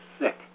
sick